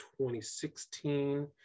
2016